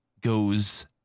goes